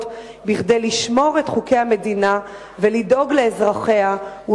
בכדי לשמור את חוקי המדינה ולדאוג לאזרחיה.